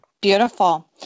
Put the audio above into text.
Beautiful